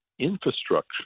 infrastructure